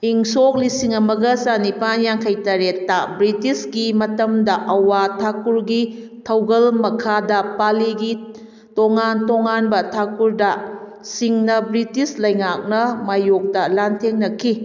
ꯏꯪ ꯁꯣꯛ ꯂꯤꯁꯤꯡ ꯑꯃꯒ ꯆꯥꯅꯤꯄꯥꯟ ꯌꯥꯡꯈꯩꯇꯔꯦꯠꯇ ꯕ꯭ꯔꯤꯇꯤꯁꯀꯤ ꯃꯇꯝꯗ ꯑꯋꯥ ꯊꯥꯀꯨꯔꯒꯤ ꯊꯧꯒꯜ ꯃꯈꯥꯗ ꯄꯥꯜꯂꯤꯒꯤ ꯇꯣꯉꯥꯟ ꯇꯣꯉꯥꯟꯕ ꯊꯥꯀꯨꯔꯗꯁꯤꯡꯅ ꯕ꯭ꯔꯤꯇꯤꯁ ꯂꯩꯉꯥꯛꯅ ꯃꯥꯌꯣꯛꯇ ꯂꯥꯟꯊꯦꯡꯅꯈꯤ